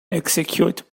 execute